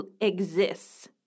exists